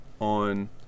on